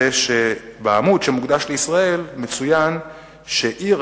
היא שבעמוד שמוקדש לישראל מצוין שעיר